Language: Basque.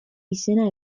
izena